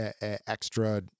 extra